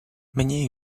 mnie